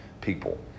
people